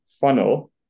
funnel